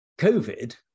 COVID